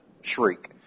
shriek